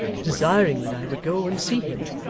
desiring that i would go and see him,